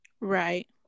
Right